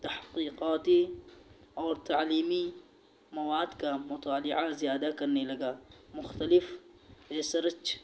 تحقیقاتی اور تعلیمی مواد کا مطالعہ زیادہ کرنے لگا مختلف ریسرچ